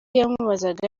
yamubazaga